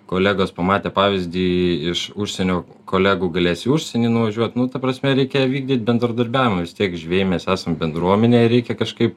kolegos pamatę pavyzdį iš užsienio kolegų galės į užsienį nuvažiuot nu ta prasme reikia vykdyt bendradarbiavimą vis tiek žvejai mes esam bendruomenė ir reikia kažkaip